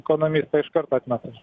ekonomistai iš karto atmeta